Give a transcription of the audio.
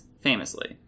famously